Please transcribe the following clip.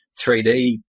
3D